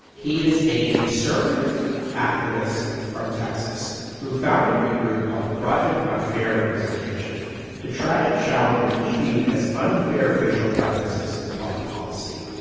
he is a conservative activist from texas who founded a group called the project on fair representation to try to challenge what he viewed as unfair racial preferences in public policy.